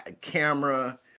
camera